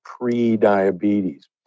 pre-diabetes